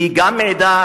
היא גם מעידה,